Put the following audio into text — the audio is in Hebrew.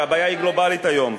הרי הבעיה היא גלובלית היום.